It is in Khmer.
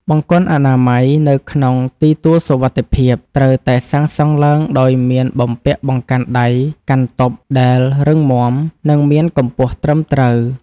បង្គន់អនាម័យនៅក្នុងទីទួលសុវត្ថិភាពត្រូវតែសាងសង់ឡើងដោយមានបំពាក់បង្កាន់ដៃកាន់ទប់ដែលរឹងមាំ និងមានកម្ពស់ត្រឹមត្រូវ។